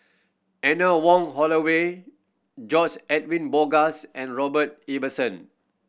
Anne Wong Holloway George Edwin Bogaars and Robert Ibbetson